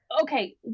Okay